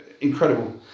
incredible